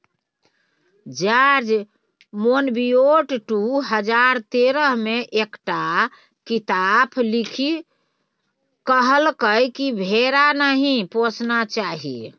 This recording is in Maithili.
जार्ज मोनबियोट दु हजार तेरह मे एकटा किताप लिखि कहलकै कि भेड़ा नहि पोसना चाही